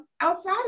outside